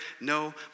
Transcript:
No